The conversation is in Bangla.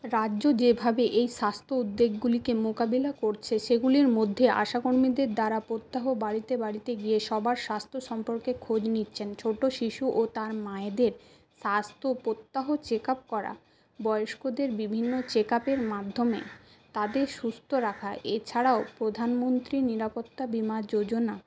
রাজ্য যেভাবে এই স্বাস্থ্য উদ্বেগগুলিকে মোকাবিলা করছে সেগুলির মধ্যে আশা কর্মীদের দ্বারা প্রত্যহ বাড়িতে বাড়িতে গিয়ে সবার স্বাস্থ্য সম্পর্কে খোঁজ নিচ্ছেন ছোট শিশু ও তার মায়েদের স্বাস্থ্য প্রত্যাহ চেকআপ করা বয়স্ক দের বিভিন্ন চেক আপের মাধ্যমে তাদের সুস্থ রাখা এছাড়াও প্রধানমন্ত্রী নিরাপত্তা বীমা যোজনা